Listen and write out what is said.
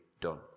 done